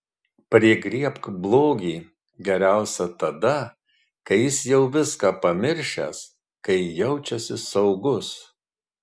prigriebk blogį geriausia tada kai jis jau viską pamiršęs kai jaučiasi saugus